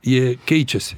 jie keičiasi